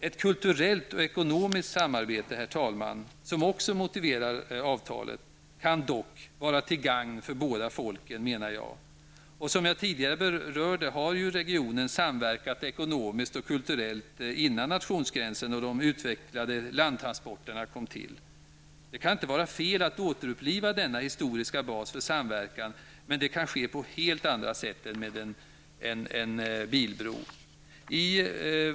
Ett kulturellt och ekonomiskt samarbete, som också motiverar avtalet, kan dock -- menar jag -- vara till gagn för båda folken. Innan nationsgränsen och de utvecklade landtransporterna kom till har regionen -- som jag tidigare berörde -- samverkat ekonomiskt och kulturellt. Det kan inte vara fel att återuppliva denna historiska bas för samverkan, men det kan ske på helt andra sätt än med en bilbro.